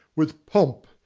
with pomp,